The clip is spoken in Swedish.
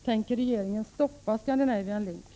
Tänker regeringen stoppa Scandinavian Link?